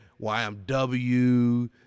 YMW